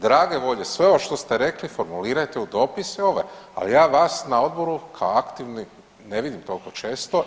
Drage volje sve ovo što ste rekli formulirajte u dopis … a ja vas na odboru kao aktivnu ne vidim toliko često.